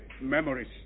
memories